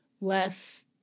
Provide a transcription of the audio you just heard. less